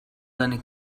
seine